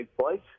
place